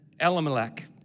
Elimelech